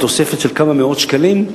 תוספת של כמה מאות שקלים?